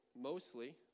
mostly